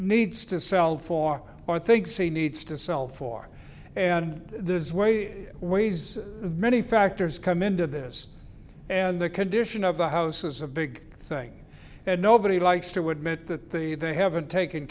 needs to sell for or thinks he needs to sell for and this way it weighs many factors come into this and the condition of the house is a big thing and nobody likes to admit that the they haven't taken